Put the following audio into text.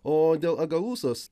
o dėl agalusos